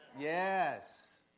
Yes